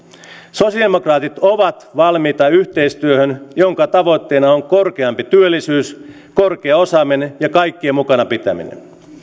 sosiaalidemokraatit ovat valmiita yhteistyöhön jonka tavoitteena on korkeampi työllisyys korkea osaaminen ja kaikkien mukana pitäminen